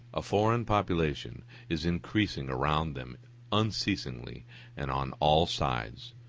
a foreign population is increasing around them unceasingly and on all sides,